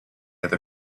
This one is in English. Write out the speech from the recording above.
other